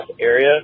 area